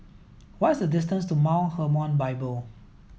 what is the distance to Mount Hermon Bible